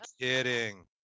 kidding